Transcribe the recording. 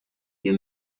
you